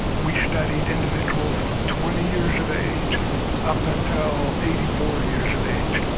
we studied individuals from twenty years of age up until eighty four years of age.